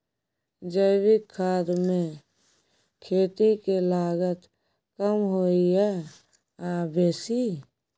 जैविक खाद मे खेती के लागत कम होय ये आ बेसी?